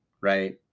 right